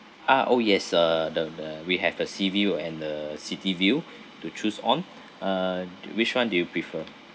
uh oh yes uh the the we have the sea view and the city view to choose on uh do which [one] do you prefer